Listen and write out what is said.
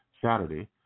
Saturday